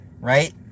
right